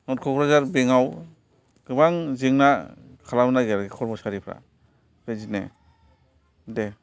नर्द क'क्राझार बेंकआव गोबां जेंना खालामनो नागिरो खरम'सारिफ्रा बिदिनो दे